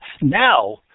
now